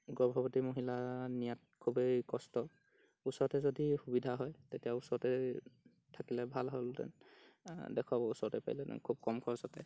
গৰ্ভৱতী মহিলা নিয়াত খুৱেই কষ্ট ওচৰতে যদি সুবিধা হয় তেতিয়া ওচৰতে থাকিলে ভাল হ'লহেঁতেন দেখুৱাব ওচৰতে পাৰিলেহেঁতেন খুব কম খৰছতে